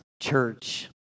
church